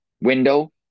window